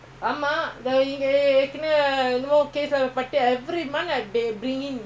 உன:un parentsகு அந்த:antha gene இல்லஉன்:illa un parentsகு அந்த:antha gene இல்லநீசெஞ்சது:gene illa nee senjathu